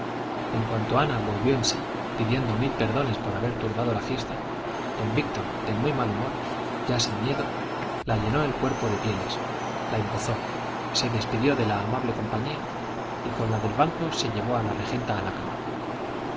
en cuanto ana volvió en sí pidiendo mil perdones por haber turbado la fiesta don víctor de muy mal humor ya sin miedo la llenó el cuerpo de pieles la embozó se despidió de la amable compañía y con la del banco se llevó a la regenta a la cama